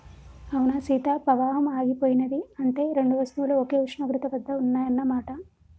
అవునా సీత పవాహం ఆగిపోయినది అంటే రెండు వస్తువులు ఒకే ఉష్ణోగ్రత వద్ద ఉన్నాయన్న మాట